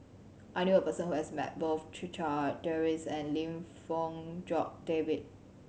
I knew a person who has met both Checha Davies and Lim Fong Jock David